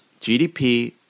GDP